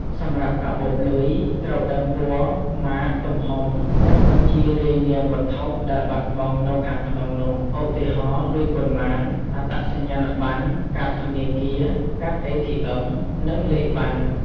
សម្រាប់កាបូបលុយ ត្រូវដឹងពណ៌ ម៉ាក ទំហំ និងបញ្ជីរាយនាមវត្ថុដែលបាត់បង់នៅខាងក្នុងនោះ ឧទាហរណ៍ លុយប៉ុន្មាន អត្តសញ្ញាណប័ណ្ណ កាតធនាគារ កាតអេធីអុឹម និងលេខប័ណ្ណ។